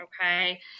Okay